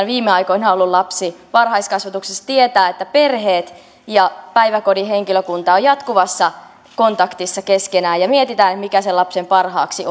viime aikoina ollut lapsi varhaiskasvatuksessa tietää että perheet ja päiväkodin henkilökunta ovat jatkuvassa kontaktissa keskenään kun mietitään mikä sen lapsen parhaaksi